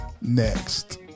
Next